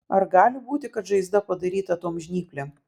ar gali būti kad žaizda padaryta tom žnyplėm